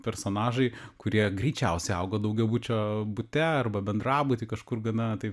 personažai kurie greičiausiai augo daugiabučio bute arba bendrabuty kažkur gana taip